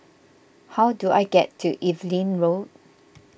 how do I get to Evelyn Road